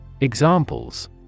Examples